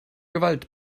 gewalt